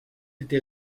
été